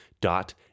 dot